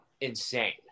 insane